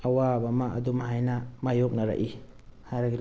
ꯑꯋꯥꯕ ꯑꯃ ꯑꯗꯨꯝ ꯍꯥꯏꯅ ꯃꯥꯏꯌꯣꯛꯅꯔꯛꯏ ꯍꯥꯏꯔꯒꯦ